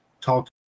talk